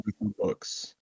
books